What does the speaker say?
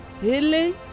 healing